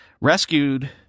Rescued